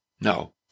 No